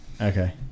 Okay